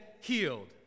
healed